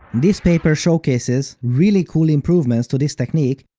this paper showcases really cool improvements to this technique,